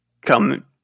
come